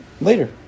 later